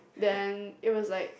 then it was like